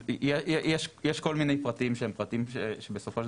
יש כל מיני פרטים שהם פרטים שבסופו של